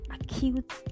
acute